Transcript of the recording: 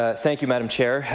ah thank you madam chair,